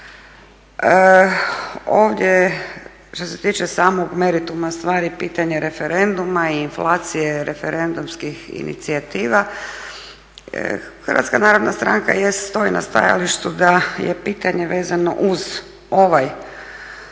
Što se tiče samog merituma stvari, pitanje referendum i inflacije referendumskih inicijativa, HNS stoji na stajalištu da je pitanje vezano uz ovu